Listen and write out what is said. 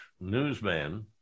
newsman